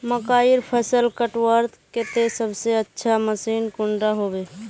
मकईर फसल कटवार केते सबसे अच्छा मशीन कुंडा होबे?